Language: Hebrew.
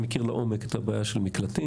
אני מכיר לעומק את הבעיה של מקלטים.